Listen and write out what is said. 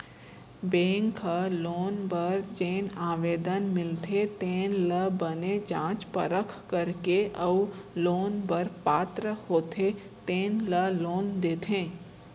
bank ह loan बर जेन आवेदन मिलथे तेन ल बने जाँच परख करथे अउ लोन बर पात्र होथे तेन ल लोन देथे